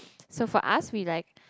so for us we like